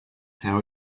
how